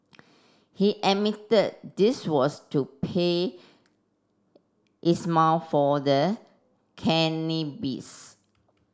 he admitted this was to pay Ismail for the cannabis